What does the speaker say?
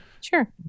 Sure